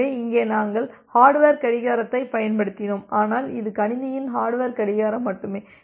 எனவே இங்கே நாங்கள் ஹர்டுவேர் கடிகாரத்தைப் பயன்படுத்தினோம் ஆனால் இது கணினியின் ஹர்டுவேர் கடிகாரம் மட்டுமே